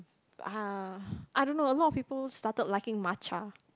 ah I don't know a lot of people started liking matcha